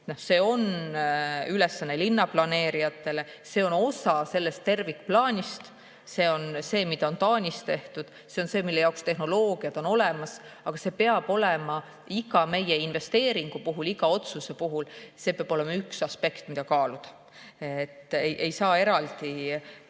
See on ülesanne linnaplaneerijatele, see on osa sellest tervikplaanist. See on see, mida on Taanis tehtud, see on see, mille jaoks tehnoloogia on olemas, aga see peab olema iga meie investeeringu puhul, iga otsuse puhul üks aspekt, mida kaaluda. Ei saa teha